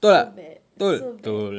so bad so bad